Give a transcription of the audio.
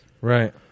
right